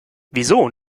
wieso